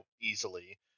easily